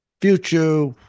future